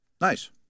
Nice